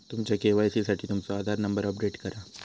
तुमच्या के.वाई.सी साठी तुमचो आधार नंबर अपडेट करा